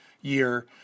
year